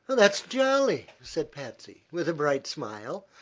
that's jolly, said patsy, with a bright smile.